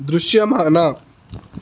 దృశ్యమాన